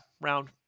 round